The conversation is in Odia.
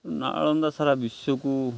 ନାଳନ୍ଦା ସାରା ବିଶ୍ୱକୁ